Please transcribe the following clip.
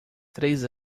três